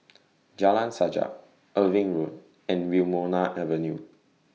Jalan Sajak Irving Road and Wilmonar Avenue